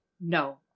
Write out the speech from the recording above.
no